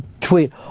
tweet